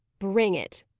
bring it,